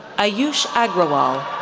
ah yeah ayush agrawal,